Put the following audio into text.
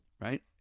right